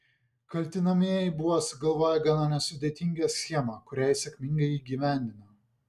kaltinamieji buvo sugalvoję gana nesudėtingą schemą kurią sėkmingai įgyvendino